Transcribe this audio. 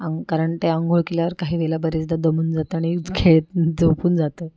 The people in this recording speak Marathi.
अंग कारण ते अंघोळ केल्यावर काही वेळेला बरेचदा दमून जातं आणि खेळ झोपून जातं